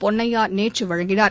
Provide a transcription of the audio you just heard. பொன்னையா நேற்று வழங்கினார்